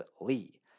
Lee